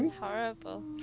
horrible